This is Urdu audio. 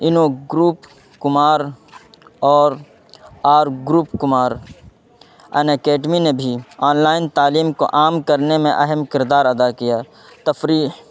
انو گروپ کمار اور R group Kumar Unacademy نے بھی آن لائن تعلیم کو عام کرنے میں اہم کردار ادا کیا تفریح